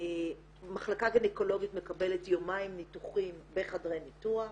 מחלקה גינקולוגית מקבלת יומיים ניתוחים בחדרי ניתוח.